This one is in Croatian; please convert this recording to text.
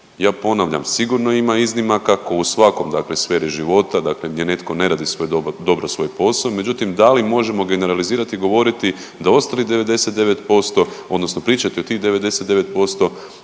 Ja ponavljam, sigurno ima iznimaka ko u svakom dakle sferi života dakle gdje netko ne radi svoj, dobro svoj posao, međutim da li možemo generalizirati i govoriti da ostalih 99% odnosno pričati o tih 99%